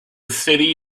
city